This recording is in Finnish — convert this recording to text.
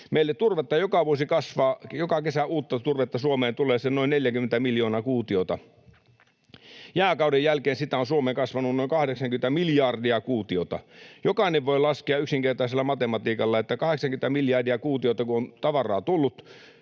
vuosi kasvaa. Joka kesä uutta turvetta Suomeen tulee se noin 40 miljoonaa kuutiota. Jääkauden jälkeen sitä on Suomeen kasvanut noin 80 miljardia kuutiota. Jokainen voi laskea yksinkertaisella matematiikalla, että 80 miljardia kuutiota kun on tavaraa tullut